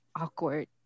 awkward